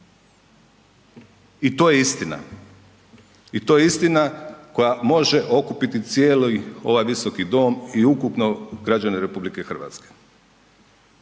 i to je istina, i to je istina koja može okupiti cijeli ovaj visoki dom i ukupno građane RH.